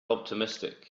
optimistic